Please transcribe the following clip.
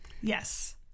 Yes